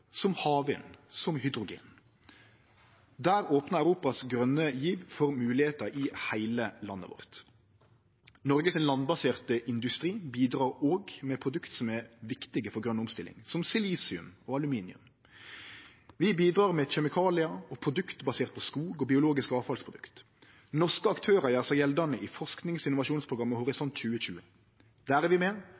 som på havvind og hydrogen. Der opnar Europas grøne giv for moglegheiter i heile landet vårt. Noregs landbaserte industri bidrar òg med produkt som er viktige for grøn omstilling, som silisium og aluminium. Vi bidrar med kjemikalium og produkt baserte på skog og biologiske avfallsprodukt. Norske aktørar gjer seg gjeldande i forskings- og innovasjonsprogrammet Horisont 2020. Der er vi med